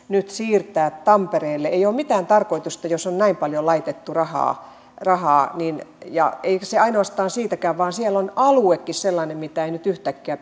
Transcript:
nyt siirtää tampereelle ei ole mitään tarkoitusta jos on näin paljon laitettu rahaa rahaa ja ei se ole ainoastaan siitäkään vaan siellä on aluekin sellainen mitä ei nyt yhtäkkiä